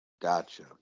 Gotcha